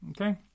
Okay